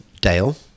Dale